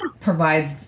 provides